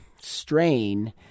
strain